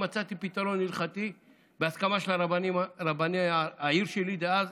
מצאתי פתרון הלכתי בהסכמה של רבני העיר שלי דאז,